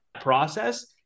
process